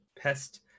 pest